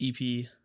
EP